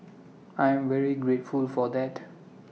I'm very grateful for that